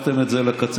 דנים אדם שלא בפניו.